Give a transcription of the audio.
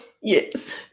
Yes